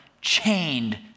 chained